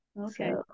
Okay